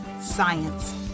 science